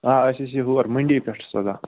آ أسۍ حظ چھِ ہور منری پٮ۪ٹھ سوزان